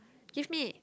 give me